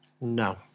No